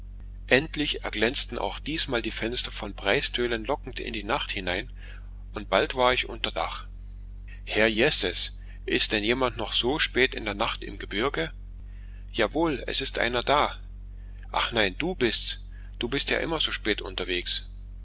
endlich erglänzten auch diesmal die fenster von breistölen lockend in die nacht hinein und bald war ich unter dach herrjesses ist denn jemand noch so spät in der nacht im gebirge jawohl es ist einer da ach nein du bist's du bist ja immer so spät unterwegs